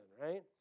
right